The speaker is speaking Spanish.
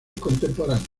contemporáneos